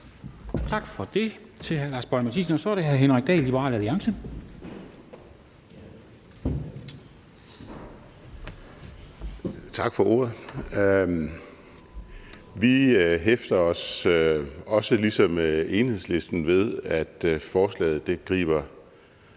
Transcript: Tak for ordet. Vi hæfter os også ligesom Enhedslisten ved, at forslaget griber